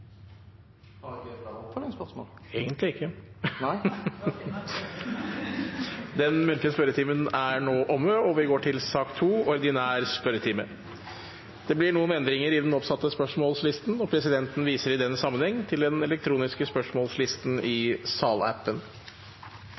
Har jeg flere oppfølgingsspørsmål? Nei, egentlig ikke! Den muntlige spørretimen er nå omme. Det blir noen endringer i den oppsatte spørsmålslisten, og presidenten viser i den sammenheng til den elektroniske spørsmålslisten i salappen.